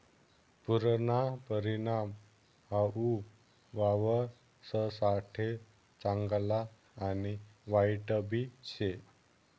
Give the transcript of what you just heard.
पुरना परिणाम हाऊ वावरससाठे चांगला आणि वाईटबी शे